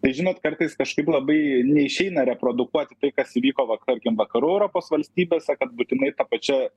tai žinot kartais kažkaip labai neišeina reprodukuoti tai kas įvyko vak tarkim vakarų europos valstybėse kad būtinai ta pačia